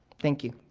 thank you.